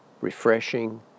refreshing